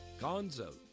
gonzo